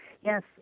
Yes